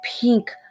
pink